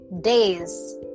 days